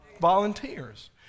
Volunteers